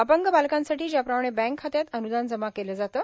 अपंग बालकांसाठी ज्याप्रमाणे बँक खात्यात अन्दान जमा केले जाते